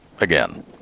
again